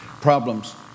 problems